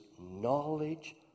knowledge